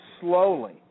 slowly